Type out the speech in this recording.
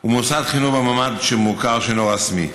הוא מוסד חינוך במעמד מוכר שאינו רשמי,